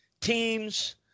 teams